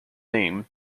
name